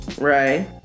Right